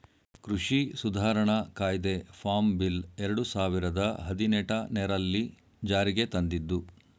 ಕೃಷಿ ಸುಧಾರಣಾ ಕಾಯ್ದೆ ಫಾರ್ಮ್ ಬಿಲ್ ಎರಡು ಸಾವಿರದ ಹದಿನೆಟನೆರಲ್ಲಿ ಜಾರಿಗೆ ತಂದಿದ್ದು